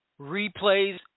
replays